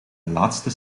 laatste